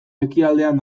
ekialdean